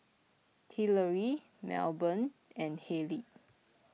Hillery Melbourne and Haleigh